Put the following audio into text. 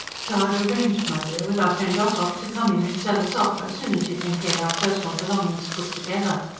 so i've arranged, my dear, with our friend ocock to come in and sell us off, as soon as you can get our personal belongings put together.